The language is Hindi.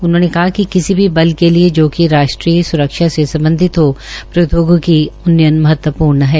उन्होंने कहा कि किसी भी बल के लिये जो कि राष्ट्रीय स्रक्षा से सम्बधित हो प्रौदयोगिकी उन्नयन महत्वप्र्ण है